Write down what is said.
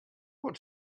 what